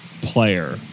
player